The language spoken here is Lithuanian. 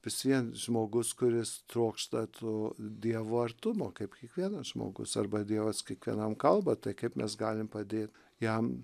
vis vien žmogus kuris trokšta to dievo artumo kaip kiekvienas žmogus arba dievas kiekvienam kalba tai kaip mes galim padėt jam